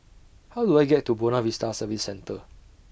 How Do I get to Buona Vista Service Centre